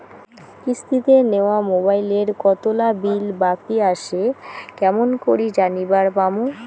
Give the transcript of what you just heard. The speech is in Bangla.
কিস্তিতে নেওয়া মোবাইলের কতোলা বিল বাকি আসে কেমন করি জানিবার পামু?